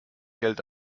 geld